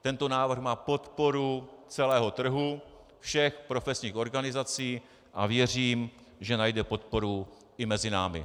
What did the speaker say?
Tento návrh má podporu celého trhu, všech profesních organizací a věřím, že najde podporu i mezi námi.